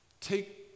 take